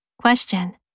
Question